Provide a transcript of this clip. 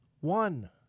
One